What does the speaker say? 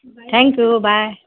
thank you bye